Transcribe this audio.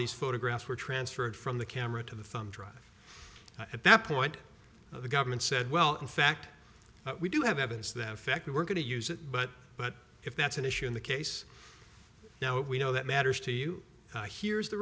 these photographs were transferred from the camera to the thumb drive at that point the government said well in fact we do have evidence that effect we're going to use it but but if that's an issue in the case now if we know that matters to you here's the